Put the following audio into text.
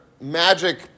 magic